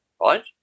right